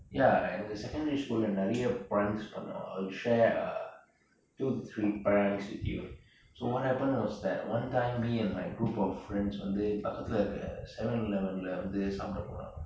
ya எங்க:enga secondary school நிரைய:niraya pranks பன்னுவோம்:pannuvom I will share uh two three pranks with you so what happened was that one time me and my group of friends வந்து பக்கத்தில இருக்க:vanthu pakathila iruka seven eleven வந்து சாப்பட போனோம்:vanthu saapda ponom